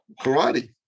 karate